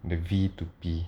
the V to P